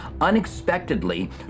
unexpectedly